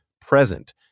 present